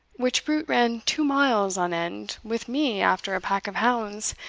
which brute ran two miles on end with me after a pack of hounds,